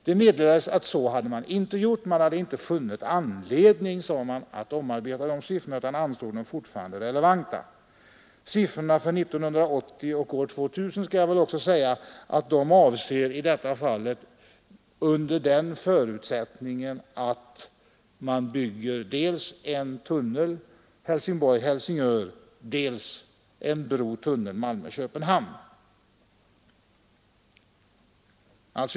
Det meddelades att man inte gjort så; man hade inte funnit anledning att omarbeta de siffrorna utan ansåg dem fortfarande relevanta. Siffrorna för 1980 och 2000 gäller under den förutsättningen att man bygger dels en tunnel Helsingborg—Helsingör, dels en bro—tunnel Malmö—Köpenhamn.